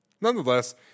Nonetheless